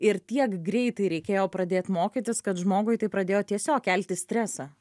ir tiek greitai reikėjo pradėt mokytis kad žmogui tai pradėjo tiesiog kelti stresą